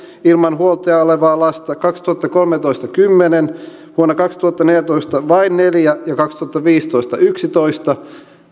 ilman huoltajaa olevaa lasta kaksituhattakolmetoista otettiin kymmenen vuonna kaksituhattaneljätoista vain neljä ja kaksituhattaviisitoista otettiin yksitoista